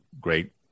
great